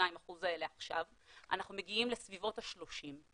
ל-62% האלה עכשיו, אנחנו מגיעים לסביבות ה-30,